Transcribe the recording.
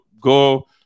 go